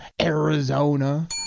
Arizona